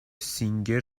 سینگر